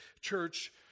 church